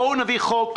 בואו נביא חוק,